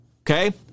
Okay